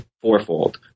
fourfold